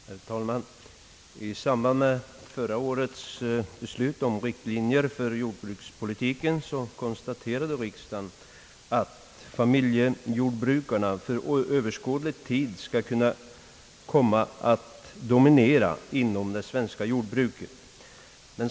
Herr talman! I samband med förra årets beslut om riktlinjer för jordbrukspolitiken konstaterade riksdagen, att familjejordbrukarna för överskådlig tid kommer att dominera inom det svenska jordbruket.